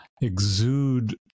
exude